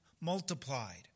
multiplied